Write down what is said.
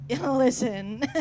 listen